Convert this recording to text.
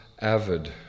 avid